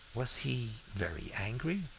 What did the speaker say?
was he very angry?